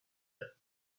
had